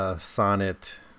sonnet